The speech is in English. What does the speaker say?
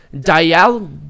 Dial